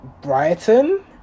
Brighton